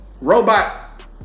robot